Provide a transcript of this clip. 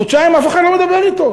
חודשיים אף אחד לא מדבר אתו,